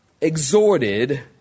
exhorted